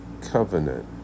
Covenant